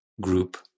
group